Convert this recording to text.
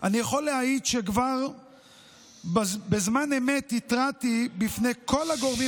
אני יכול להעיד שכבר בזמן אמת התרעתי בפני כל הגורמים